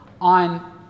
on